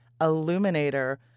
illuminator